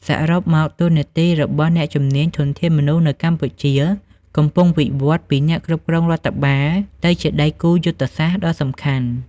សរុបមក តួនាទីរបស់អ្នកជំនាញធនធានមនុស្សនៅកម្ពុជាកំពុងវិវឌ្ឍពីអ្នកគ្រប់គ្រងរដ្ឋបាលទៅជាដៃគូយុទ្ធសាស្ត្រដ៏សំខាន់។